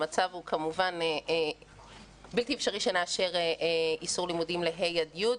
המצב הוא כמובן בלתי אפשרי שנאשר איסור לימודים לה' י'.